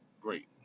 Great